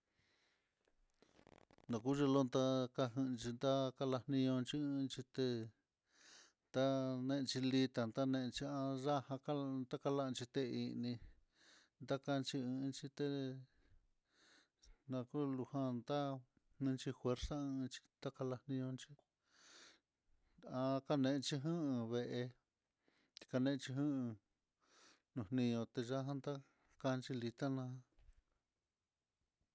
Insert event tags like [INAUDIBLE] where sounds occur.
Nokuxhi lonta'a kajan xhita kalani, chinxi té taneé xhilita chanexhi'á, naya'á jan lakalan xhitehí ini ndakanc [HESITATION] en xhité nakulujan ta'á chijuerza takala nionxhi, há kanexhi jan vee kanexhi ján nonio tinotiyan tá kanxhi litá ná.